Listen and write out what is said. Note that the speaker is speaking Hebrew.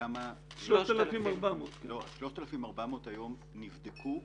3,400 נבדקו.